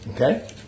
Okay